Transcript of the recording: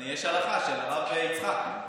יש הלכה של הרב יצחק,